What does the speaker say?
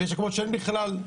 או מקומות שאין בכלל.